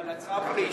אבל הצו הוא לאיסוף